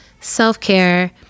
self-care